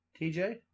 TJ